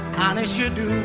honest-you-do